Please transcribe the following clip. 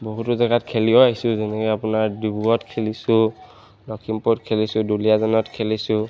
বহুতো জেগাত খেলিও আহিছোঁ যেনেকৈ আপোনাৰ ডিব্ৰুগড়ত খেলিছোঁ লখিমপুৰত খেলিছোঁ দুলীয়াজানত খেলিছোঁ